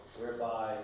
whereby